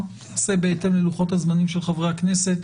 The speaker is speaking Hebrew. נעשה בהתאם ללוחות הזמנים של חברי הכנסת.